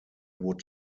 would